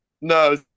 no